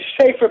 safer